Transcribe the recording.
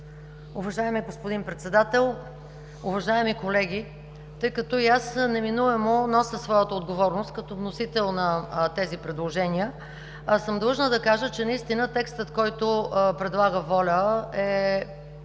Уважаеми господин Председател, уважаеми колеги! Тъй като и аз неминуемо нося своята отговорност като вносител на тези предложения, съм длъжна да кажа, че наистина текстът, който предлага „Воля“,